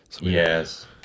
Yes